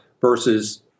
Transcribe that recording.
versus